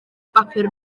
bapur